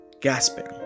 gasping